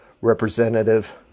representative